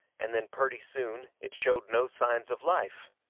and then purty soon it showed no signs of life.